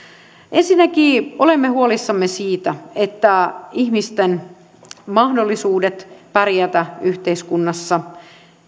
ensinnäkin olemme huolissamme siitä että ihmisten mahdollisuudet pärjätä yhteiskunnassa